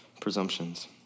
presumptions